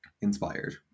inspired